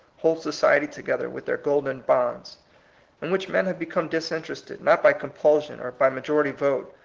hold society together with their golden bonds in which men have become disinterested, not by com pulsion, or by majority vote,